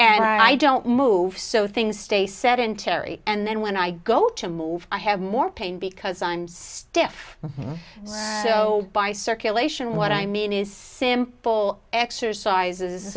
and i don't move so things stay sedentary and then when i go to move i have more pain because on stiff so by circulation what i mean is simple exercises